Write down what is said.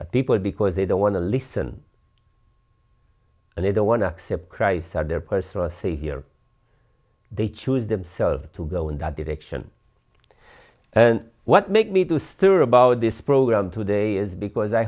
but people because they don't want to listen and they don't want to accept christ as their personal savior they choose themselves to go in that direction and what make me to steer about this program today is because i